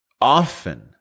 often